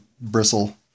bristle